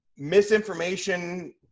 misinformation